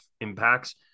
impacts